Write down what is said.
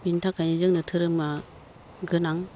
बेनि थाखायनो जोंनो धोरोमा गोनां